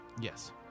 Yes